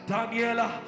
Daniela